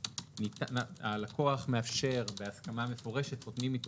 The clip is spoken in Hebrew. הלקוח מאפשר בהסכמה מפורשת חותמים איתו